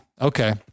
Okay